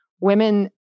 women